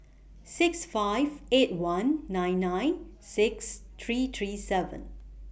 six five eight one nine nine six three three seven